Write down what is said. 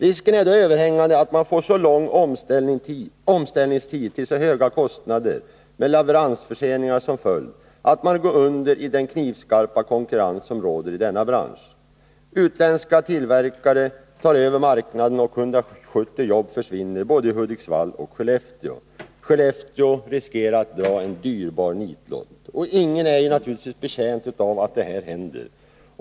Risken är då överhängande att man får en så lång omställningstid och så höga kostnader, med leveransförseningar som följd, att man går under i den knivskarpa konkurrens som råder i denna bransch. Utländska tillverkare tar över marknaden, och 170 jobb försvinner i både Hudiksvall och Skellefteå. Skellefteå riskerar att dra en dyrbar nitlott. Ingen är ju betjänt av att något sådant händer.